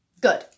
Good